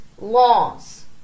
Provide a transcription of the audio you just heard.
laws